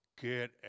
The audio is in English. get